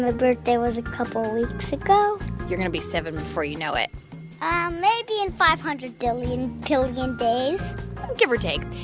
birthday was a couple of weeks ago you're going to be seven before you know it maybe in five hundred zillion-pillion days give or take.